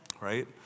right